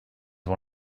one